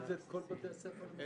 כל בתי הספר למשפטים --- בבקשה, תענה.